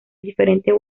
diferentes